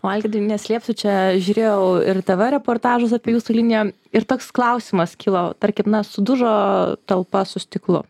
o algirdai neslėpsiu čia žiūrėjau ir tv reportažus apie jūsų liniją ir toks klausimas kilo tarkim sudužo talpa su stiklu